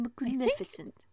Magnificent